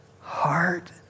Heart